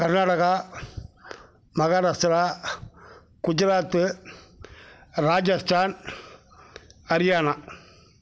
Karnataka Maharashtra Gujarat Rajasthan Haryana